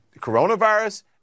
coronavirus